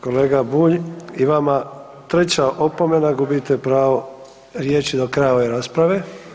Kolega Bulj i vama 3 opomena, gubite pravo riječi do kraja ove rasprave.